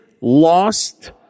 lost